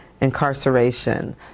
incarceration